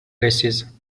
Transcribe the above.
races